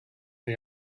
the